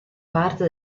parte